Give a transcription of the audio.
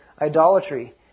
idolatry